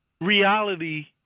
reality –